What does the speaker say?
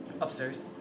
Upstairs